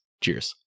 Cheers